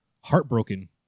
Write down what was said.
heartbroken